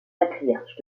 patriarche